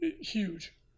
huge